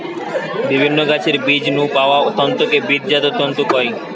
বিভিন্ন গাছের বীজ নু পাওয়া তন্তুকে বীজজাত তন্তু কয়